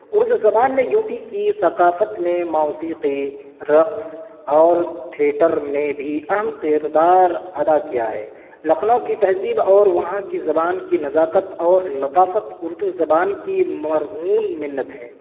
اردو زبان میں U P کی ثقافت میں موسیقی رقص اور تھیٹر میں بھی اہم کردار ادا کیا ہے لکھنؤ کی تہذیب اور وہاں کی زبان کی نزاکت اور لطافت اردو زبان کی مرہون منت ہے